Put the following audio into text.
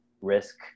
risk